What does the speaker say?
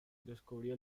descubrió